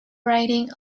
writing